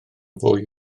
fwy